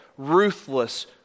ruthless